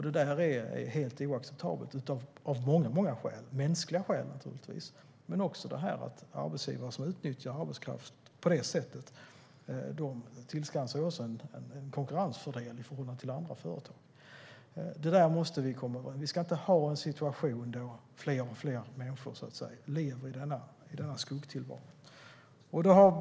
Det är helt oacceptabelt av mänskliga skäl men också för att arbetsgivare som utnyttjar arbetskraft på detta sätt tillskansar sig en konkurrensfördel i förhållande till andra företag. Detta måste vi komma till rätta med. Vi ska inte ha en situation där fler och fler människor lever i denna skuggtillvaro.